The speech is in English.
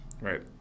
right